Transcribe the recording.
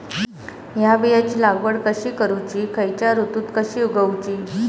हया बियाची लागवड कशी करूची खैयच्य ऋतुत कशी उगउची?